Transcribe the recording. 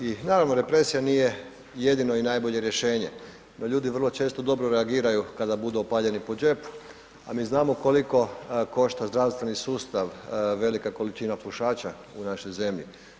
I naravno, represija nije jedino i najbolje rješenje no ljudi vrlo često dobro reagiraju kada budu opaljeni po džepu a mi znamo koliko košta zdravstveni sustav velike količine pušača u našoj zemlji.